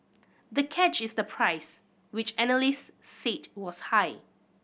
the catch is the price which analysts said was high